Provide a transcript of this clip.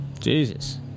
Jesus